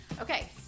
Okay